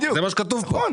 זה מה שכתוב פה.